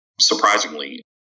surprisingly